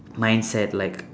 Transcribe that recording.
mindset like